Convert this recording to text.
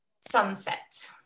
Sunset